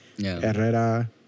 Herrera